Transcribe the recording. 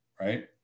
Right